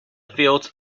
fields